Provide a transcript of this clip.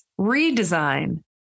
redesign